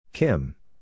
Kim